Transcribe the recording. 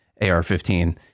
AR-15